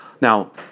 Now